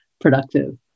productive